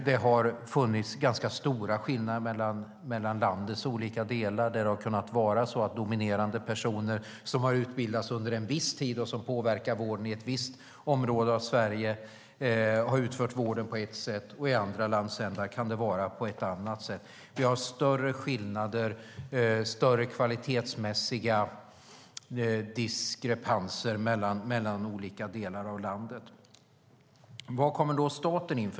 Det har funnits ganska stora skillnader mellan landets olika delar, där det har kunnat vara så att dominerande personer, som har utbildats under en viss tid och påverkar vården inom ett visst område av Sverige, har utfört vården på ett sätt medan det har kunnat vara på ett annat sätt i andra landsändar. Vi har större skillnader och större kvalitetsmässiga diskrepanser mellan olika delar av landet. Var kommer då staten in?